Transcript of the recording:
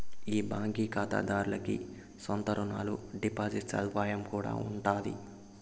ఈ బాంకీ కాతాదార్లకి సొంత రునాలు, డిపాజిట్ సదుపాయం కూడా ఉండాది